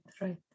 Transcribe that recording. right